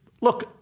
look